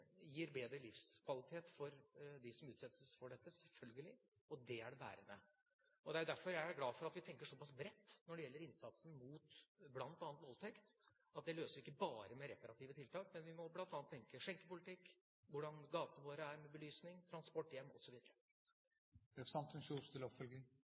gir bedre livskvalitet for dem som utsettes for dette – selvfølgelig – og det er det bærende. Det er derfor jeg er glad for at vi tenker såpass bredt når det gjelder innsatsen mot bl.a. voldtekt. Det løser vi ikke bare med reparative tiltak, men vi må tenke skjenkepolitikk, hvordan gatene våre er med hensyn til belysning, transport hjem